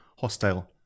hostile